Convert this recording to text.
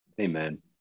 Amen